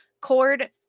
cord